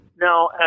Now